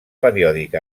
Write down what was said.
periòdic